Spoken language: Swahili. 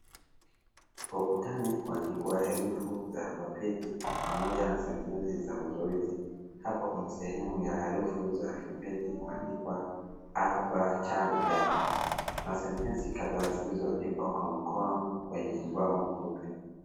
Ukutani kumeandikwa herufi ya alfabeti pamoja na sentesi za mazoezi. Hapa kuna sehemu ya herufi za alfabeti ikiwa imeandikwa 'a,ba, cha, da' na sentesi kadhaa zilizoandikwa kwa mkono kwenye ubao mfupi.